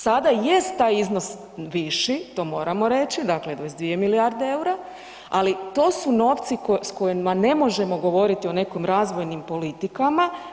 Sada jest taj iznos viši, to moramo reći, dakle 22 milijarde EUR-a, ali to su novci s kojima ne možemo govoriti o nekim razvojnim politikama.